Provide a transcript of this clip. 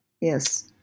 Yes